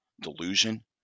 delusion